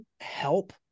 help